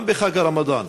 גם בחג הרמדאן